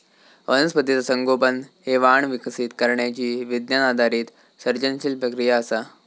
वनस्पतीचा संगोपन हे वाण विकसित करण्यची विज्ञान आधारित सर्जनशील प्रक्रिया असा